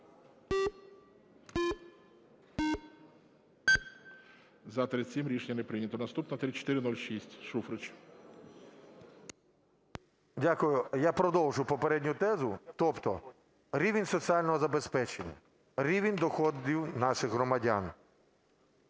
За-37 Рішення не прийнято. Наступна – 3406, Шуфрич. 18:37:09 ШУФРИЧ Н.І. Дякую. Я продовжу попередню тезу. Тобто рівень соціального забезпечення, рівень доходів наших громадян,